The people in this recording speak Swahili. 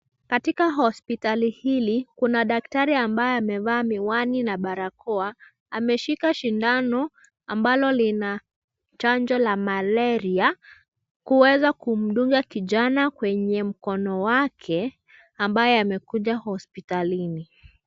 Katika hospitali hili kuna daktari ambaye amevaa miwani na barakoa. Ameshika shindano ambalo lina chanjo la malaria kuweza kumduga kijana kwenye mkono wake ambaye amekuja hospitalini.